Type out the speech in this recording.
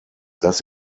das